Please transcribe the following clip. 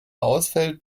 ausfällt